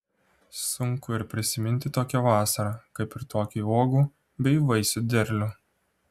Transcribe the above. sunku ir prisiminti tokią vasarą kaip ir tokį uogų bei vaisių derlių